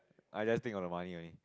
I just think of the money only